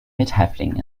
mithäftling